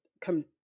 come